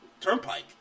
turnpike